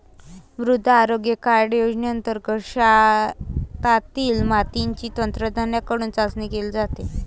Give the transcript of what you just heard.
मृदा आरोग्य कार्ड योजनेंतर्गत शेतातील मातीची तज्ज्ञांकडून चाचणी केली जाते